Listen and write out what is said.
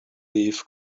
leaf